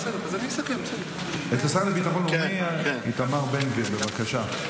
יסכם השר לביטחון לאומי איתמר בן גביר, בבקשה.